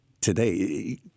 today